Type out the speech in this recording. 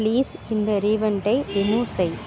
please இந்த ரீவெண்டை remove செய்